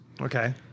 Okay